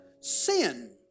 Sin